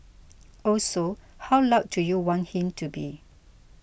also how loud do you want him to be